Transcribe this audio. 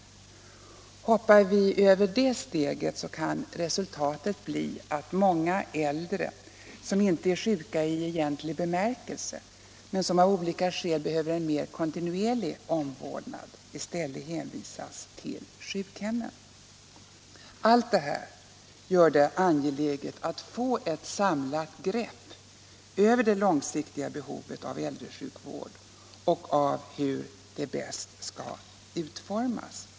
Hoppar vi över det steget kan resultatet bli att många äldre, som inte är sjuka i egentlig bemärkelse men som av olika skäl behöver en mer kontinuerlig omvårdnad, i stället hänvisas till sjukhemmen. Allt detta gör det angeläget att få ett samlat grepp om det långsiktiga behovet av äldresjukvård och hur den bäst skall utformas.